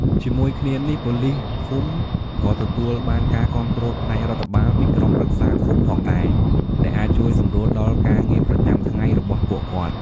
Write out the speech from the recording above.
ជាមួយគ្នានេះ ប៉ូលីសភូមិក៏ ទទួលបានការគាំទ្រផ្នែករដ្ឋបាល ពីក្រុមប្រឹក្សាឃុំផងដែរ ដែលអាចជួយសម្រួលដល់ការងារប្រចាំថ្ងៃរបស់ពួកគាត់។